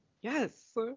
Yes